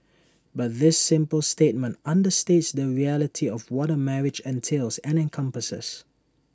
but this simple statement understates the reality of what A marriage entails and encompasses